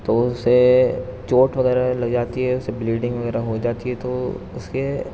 تو وہ اسے چوٹ وغیرہ لگ جاتی ہے اسے بلیڈنگ وغیرہ ہو جاتی ہے تو اس کے